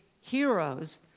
heroes